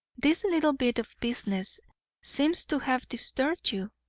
this little bit of business seems to have disturbed you.